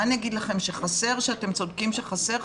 מה אגיד לכם שחסר, שאתם צודקים שחסר?